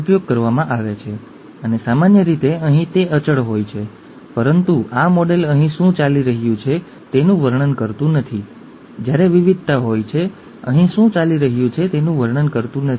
ઉદાહરણ તરીકે કાર્યક્ષમતા એ એક લક્ષણ છે બિન કાર્યક્ષમતા અથવા ગેરહાજરી એ એક લક્ષણ છે